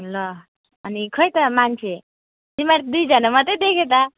ल अनि खोइ त मान्छे तिमीहरू दुईजना मात्रै देखेँ त